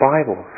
Bible